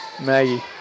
maggie